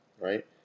right